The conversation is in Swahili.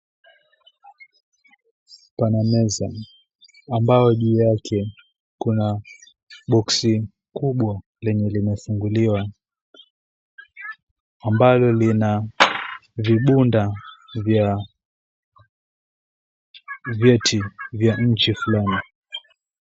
Pana meza ambayo juu yake kuna boksi kubwa lenye limefunguliwa ambalo lina vibunda vya vyeti vya nchi fulani.